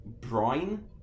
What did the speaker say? brine